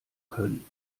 können